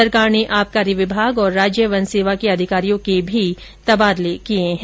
सरकार ने आबकारी विमाग और राज्य वन सेवा के अधिकारियों के भी तबादले किये है